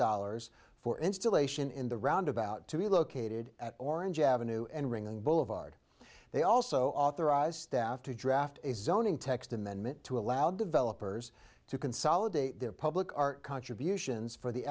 dollars for installation in the roundabout to be located at orange avenue and ring and boulevard they also authorized staff to draft a zoning text and then meant to allow developers to consolidate their public art contributions for the